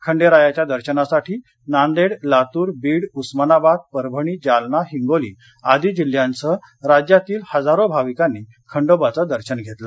खंडेरायाच्या दर्शनासाठी नांदेड लातूर बीड उस्मानाबाद परभणी जालना हिंगोली आदि जिल्ह्यांसह राज्यातील हजारो भाविकांनी खंडोबाचं दर्शन घेतलं